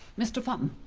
mr funn,